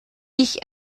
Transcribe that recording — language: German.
ich